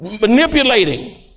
manipulating